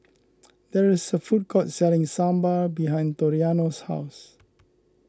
there is a food court selling Sambar behind Toriano's house